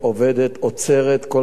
עוצרת כל מה שצריך.